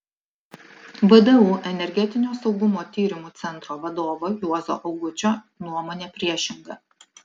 vdu energetinio saugumo tyrimų centro vadovo juozo augučio nuomonė priešinga